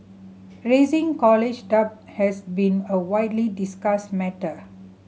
rising college debt has been a widely discussed matter